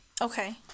Okay